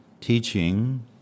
teaching